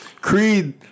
Creed